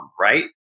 Right